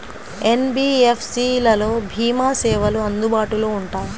NBFC లలో భీమా సేవలు అందుబాటులో ఉంటాయా?